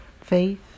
Faith